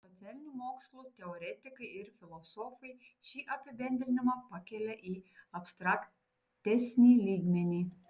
socialinių mokslų teoretikai ir filosofai šį apibendrinimą pakelia į abstraktesnį lygmenį